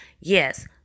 yes